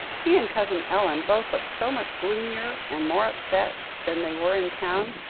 he and cousin ellen both look so much gloomier and more upset than they were in town.